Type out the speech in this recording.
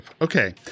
Okay